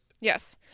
yes